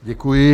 Děkuji.